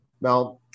Now